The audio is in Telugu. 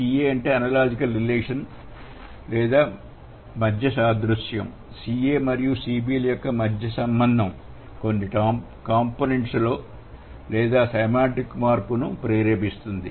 Ca లేదా అనలాజికల్ రిలేషన్ లేదా మధ్య సాదృశ్యం Ca మరియు Cb ల మధ్య సంబంధం కొన్ని కాంపోనెంట్ లు లేదా సెమాంటిక్ మార్పును ప్రేరేపించును